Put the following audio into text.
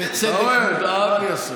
בצדק מודאג,